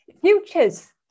futures